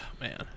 Man